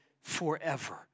forever